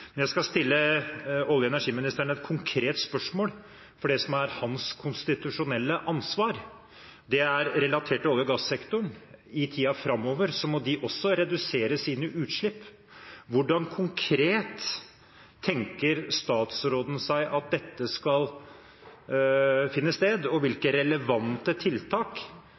Jeg skal stille olje- og energiministeren et konkret spørsmål, for det som er hans konstitusjonelle ansvar, er relatert til olje- og gassektoren. I tiden framover må også de redusere sine utslipp. Hvordan tenker statsråden seg at dette konkret skal finne sted, og hvilke tiltak overfor olje- og gassektoren mener olje- og energiministeren er relevante